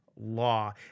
law